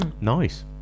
nice